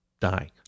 die